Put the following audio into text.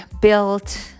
built